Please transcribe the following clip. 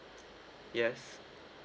yes